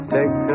Take